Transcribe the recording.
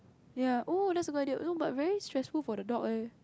ya oh that's a good idea no but very stressful for the dog eh